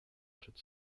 před